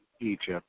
Egypt